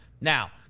Now